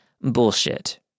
bullshit